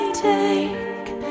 take